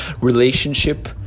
relationship